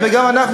גם אנחנו,